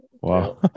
Wow